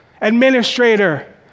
administrator